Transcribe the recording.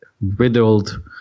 riddled –